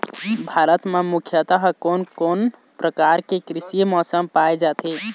भारत म मुख्यतः कोन कौन प्रकार के कृषि मौसम पाए जाथे?